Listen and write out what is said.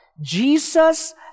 Jesus